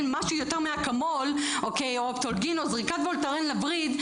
משהו יותר מאקמול או אופטלגין או זריקת וולטרן לווריד,